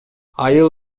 айыл